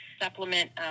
supplement